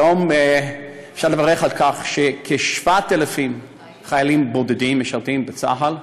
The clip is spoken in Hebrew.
היום אפשר לברך על כך שכ-7,000 חיילים בודדים משרתים בצה"ל,